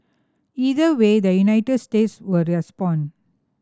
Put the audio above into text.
either way the United States will respond